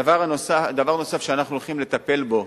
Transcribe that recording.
דבר נוסף שאנחנו הולכים לטפל בו,